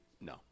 no